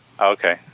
Okay